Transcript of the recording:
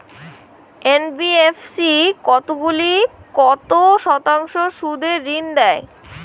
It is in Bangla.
এন.বি.এফ.সি কতগুলি কত শতাংশ সুদে ঋন দেয়?